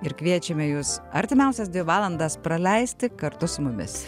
ir kviečiame jus artimiausias dvi valandas praleisti kartu su mumis